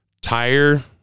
tire